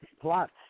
plots